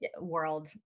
world